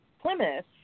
Plymouth